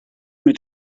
mit